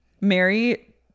Mary